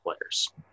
players